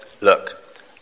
look